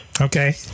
Okay